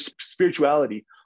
spirituality